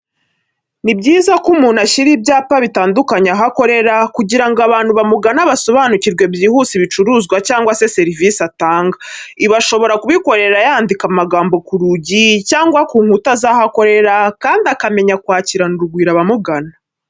Ni byiza ko umuntu ashyira ibyapa bitandukanye aho akorera kugira ngo abantu bamugana basobanukirwe byihuse ibicuruzwa cyangwa se serivise atanga. Ibi ashobora kubikora yandika amagambo ku rugi cyangwa ku nkuta zaho akorera kandi akamenya kwakirana urugwiro abamugana.